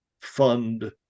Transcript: fund